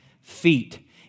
feet